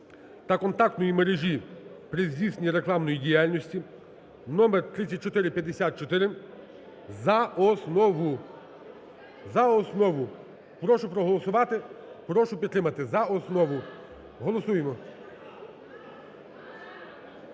та контактної мережі при здійсненні рекламної діяльності) (№ 3454) за основу. Прошу проголосувати, прошу підтримати. За основу. Голосуємо.